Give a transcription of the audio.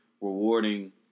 rewarding